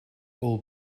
all